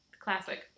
classic